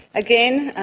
again,